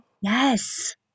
Yes